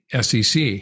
SEC